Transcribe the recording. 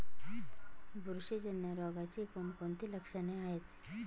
बुरशीजन्य रोगाची कोणकोणती लक्षणे आहेत?